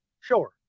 Sure